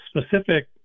specific